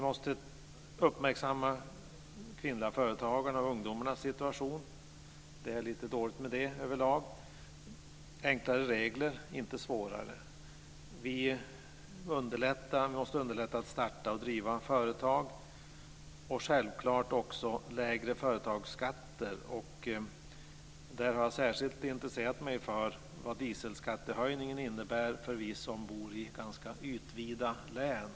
De kvinnliga företagarnas och ungdomarnas situation måste uppmärksammas. Det är lite dåligt med det överlag. Enklare regler, inte svårare, måste införas. Vi måste underlätta för människor att starta och driva företag. Självfallet behövs det också lägre företagsskatter. I det sammanhanget har jag särskilt intresserat mig för vad dieselskattehöjningen innebär för oss som bor i ytvida län.